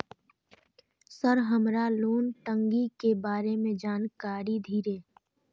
Sir हमरा loan टंगी के बारे में जान कारी धीरे?